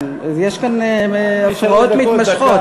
יש כאן הפרעות מתמשכות.